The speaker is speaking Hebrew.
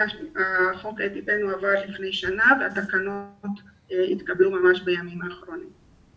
חוק האפיפן עבר לפני שנה והתקנות התקבלו ממש בימים האחרונים.